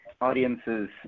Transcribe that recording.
audience's